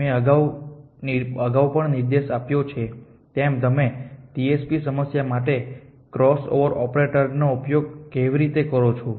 મેં અગાઉ પણ નિર્દેશ આપ્યો છે તેમ તમે TSP સમસ્યા માટે ક્રોસઓવર ઓપરેટર નો ઉપયોગ કેવી રીતે કરો છો